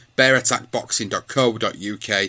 bearattackboxing.co.uk